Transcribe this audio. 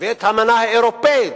ואת האמנה האירופית